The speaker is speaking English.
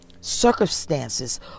circumstances